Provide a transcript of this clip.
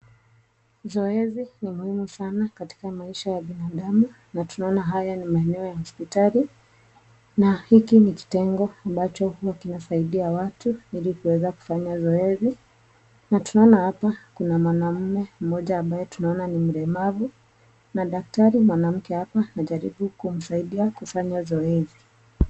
Zoezi ni muhimu sana katika maisha ya binadamu na tunaona haya ni maeneo ya hospitali na hiki ni kitengo ambacho ina saidia watu ili kuweza kufanya zoezi na tunaona hapa kuna mwanaume mmoja ambaye tuna ona ni mlemavu na daktari mwanamke hapa ana jaribu kumsaidia kufanya zoezi.